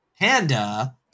Panda